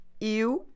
eu